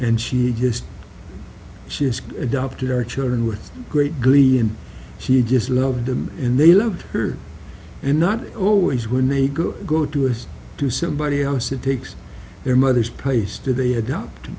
and she just she just adopted our children with great glee and she just loved them and they loved her and not always when they go go to it to somebody else it takes their mother's place to they adopt